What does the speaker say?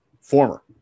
former